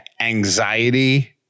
anxiety